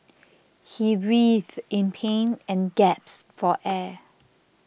he writhed in pain and gasped for air